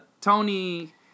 Tony